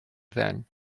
then